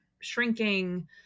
shrinking